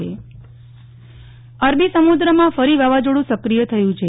નેહલ ઠક્કર વાવાઝોડુ સક્રિય અરબી સમુદ્રમાં ફરી વાવાઝોડું સક્રિય થયુ છે